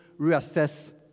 reassess